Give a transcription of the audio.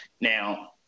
Now